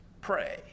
pray